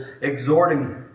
exhorting